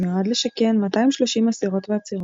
מיועד לשכן 230 אסירות ועצירות.